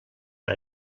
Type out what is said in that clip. per